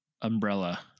umbrella